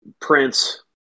prince